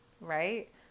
Right